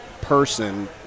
person